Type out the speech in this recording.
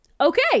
okay